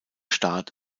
staat